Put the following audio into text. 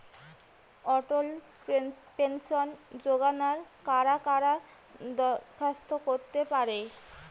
অটল pension যোজনায় কারা কারা দরখাস্ত করতে পারে?